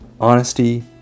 Honesty